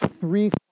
three